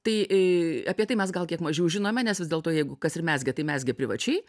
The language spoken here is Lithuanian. tai apie tai mes gal kiek mažiau žinome nes vis dėlto jeigu kas ir mezgė tai mezgė privačiai